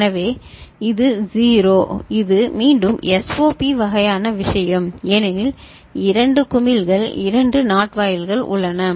எனவே இது 0 எனவே இது மீண்டும் ஒரு SOP வகையான விஷயம் ஏனெனில் இரண்டு குமிழ்கள் இரண்டு NOT வாயில்கள் உள்ளன